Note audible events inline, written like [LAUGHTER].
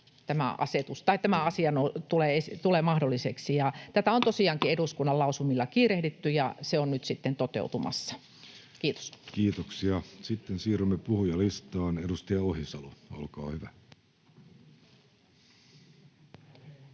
[NOISE] Tätä on tosiaankin eduskunnan lausumilla kiirehditty, ja se on nyt sitten toteutumassa. — Kiitos. Kiitoksia. — Sitten siirrymme puhujalistaan, edustaja Ohisalo, olkaa hyvä.